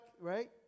right